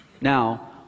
now